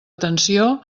atenció